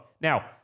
Now